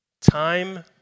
time